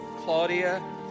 Claudia